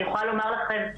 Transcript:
אני יכולה לומר לכם,